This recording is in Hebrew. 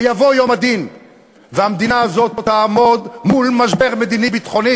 יבוא יום הדין והמדינה הזאת תעמוד מול משבר מדיני-ביטחוני,